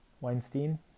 Weinstein